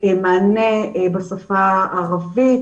מענה בשפה הערבית ,